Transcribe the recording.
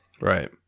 right